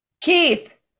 Keith